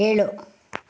ಏಳು